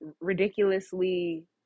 ridiculously